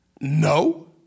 No